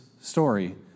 story